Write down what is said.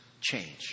change